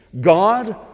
God